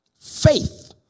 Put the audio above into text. faith